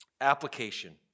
Application